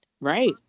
Right